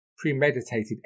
premeditated